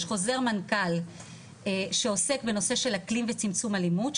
יש חוזר מנכ"ל שעוסק בנושא של אקלים וצמצום אלימות,